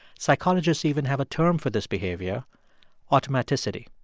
psychologists even have a term for this behavior automaticity